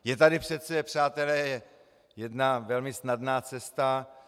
Je tady přece, přátelé, jedna velmi snadná cesta.